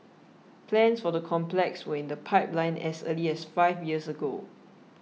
plans for the complex were in the pipeline as early as five years ago